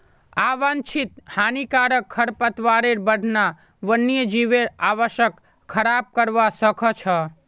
आवांछित हानिकारक खरपतवारेर बढ़ना वन्यजीवेर आवासक खराब करवा सख छ